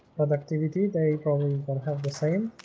productivity they probably don't have the same